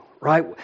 right